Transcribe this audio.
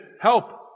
help